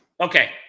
Okay